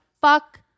fuck